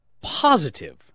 positive